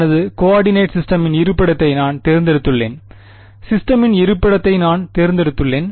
எனது கோர்டினேட் சிஸ்டமின் இருப்பிடத்தை நான் தேர்ந்தெடுத்துள்ளேன்